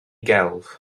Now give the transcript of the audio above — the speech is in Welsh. gelf